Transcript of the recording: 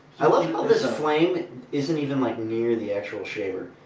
i love how this flame isn't even, like, near the actual shaver.